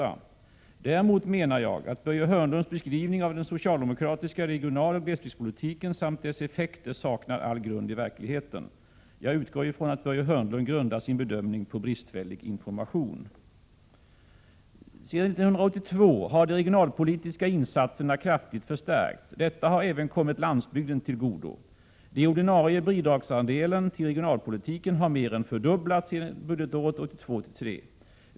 1987 bristfällig information. ARBE pEORBygden Sedan 1982 har de regionalpolitiska insatserna kraftigt förstärkts. Detta har även kommit landsbygden till godo. De ordinarie bidragsanslagen till regionalpolitiken har mer än fördubblats sedan budgetåret 1982/83.